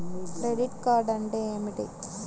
Credit card అంటే ఏమిటి?